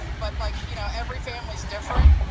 but like you know every family is different.